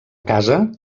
casa